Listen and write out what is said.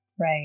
right